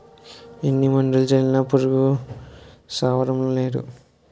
ఎన్ని మందులు జల్లినా పురుగు సవ్వడంనేదు